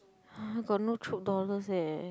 got no Chope dollars leh